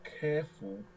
careful